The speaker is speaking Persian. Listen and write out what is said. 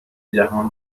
جهان